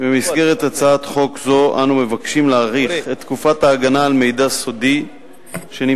במסגרת הצעת חוק זו אנו מבקשים להאריך את תקופת ההגנה על מידע סודי שנמסר